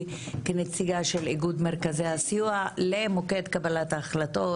כנציגה של איגוד מרכזי הסיוע למוקד קבלת ההחלטות,